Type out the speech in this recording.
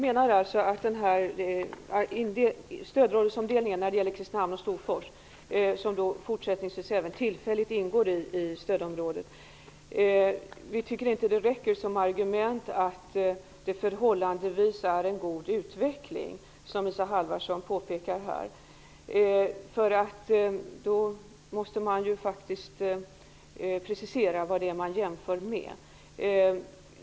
Fru talman! Kristinehamn och Storfors skall fortsättningsvis tillfälligt ingå i stödområdet. Vi anser inte att argumentet att det är en förhållandevis god utveckling -- som Isa Halvarsson förde fram -- i Värmland är tillräckligt. Man måste ju precisera vad det är som man jämför med.